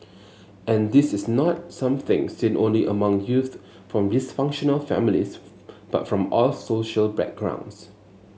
and this is not something seen only among youth from dysfunctional families but from all social backgrounds